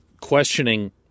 questioning